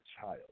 child